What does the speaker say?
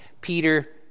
Peter